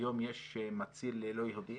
"היום יש מציל לא יהודי",